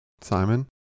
Simon